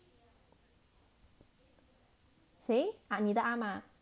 say 你的啊嫲